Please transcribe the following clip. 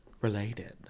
related